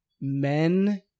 men